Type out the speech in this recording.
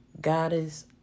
Goddess